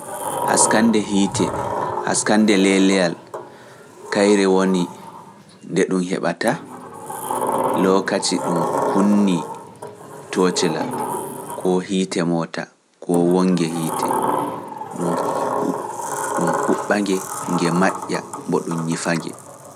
Haskannde hiite haskannde leeleyal kayre woni, nde ɗum heɓata lookaci ɗum kunnii toocila koo hiite moota koo wonnge hiite ɗum huɓɓ- ɗum huɓɓa-nge nge maƴƴaa nden ɗum nyifa-nge.